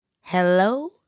Hello